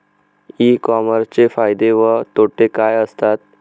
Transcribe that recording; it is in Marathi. ई कॉमर्सचे फायदे व तोटे काय असतात?